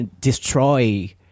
destroy